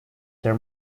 tear